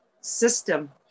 system